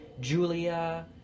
julia